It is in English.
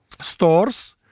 stores